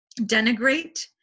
denigrate